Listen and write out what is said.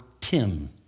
Tim